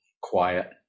quiet